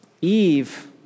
Eve